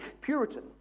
Puritan